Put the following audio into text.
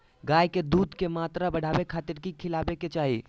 गाय में दूध के मात्रा बढ़ावे खातिर कि खिलावे के चाही?